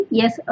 yes